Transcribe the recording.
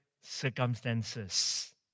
circumstances